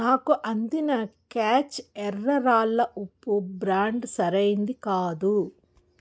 నాకు అందిన క్యాచ్ ఎర్ర రాళ్ళ ఉప్పు బ్రాండ్ సరి అయింది కాదు